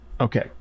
Okay